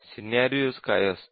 scenarios काय असतील